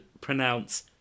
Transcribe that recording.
pronounce